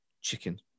chicken